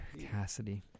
Cassidy